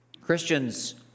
Christians